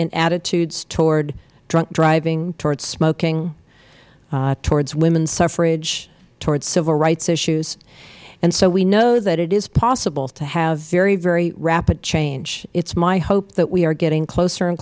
in attitudes toward drunk driving towards smoking towards women's suffrage towards civil rights issues so we know that it is possible to have very very rapid change it is my hope that we are getting closer and